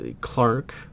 Clark